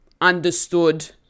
understood